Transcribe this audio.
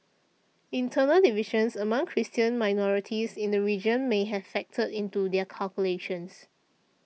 internal divisions among Christian minorities in the region may have factored into their calculations